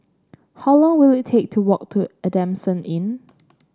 how long will it take to walk to Adamson Inn